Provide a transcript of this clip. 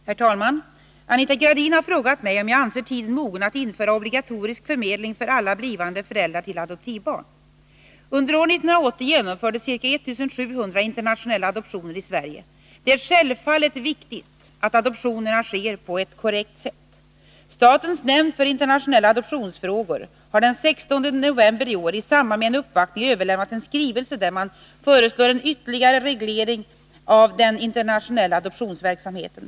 Herr talman! Anita Gradin har frågat mig om jag anser tiden mogen att införa obligatorisk förmedling för alla blivande föräldrar till adoptivbarn. Under år 1980 genomfördes ca 1 700 internationella adoptioner i Sverige. Det är självfallet viktigt att adoptionerna sker på ett korrekt sätt. Statens nämnd för internationella adoptionsfrågor har den 16 november i år i samband med en uppvaktning överlämnat en skrivelse där man föreslår en ytterligare reglering av den internationella adoptionsverksamheten.